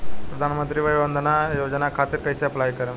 प्रधानमंत्री वय वन्द ना योजना खातिर कइसे अप्लाई करेम?